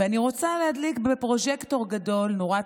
ואני רוצה להדליק בפרוז'קטור גדול נורת